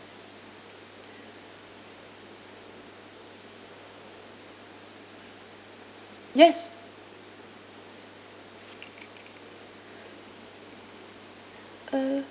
yes uh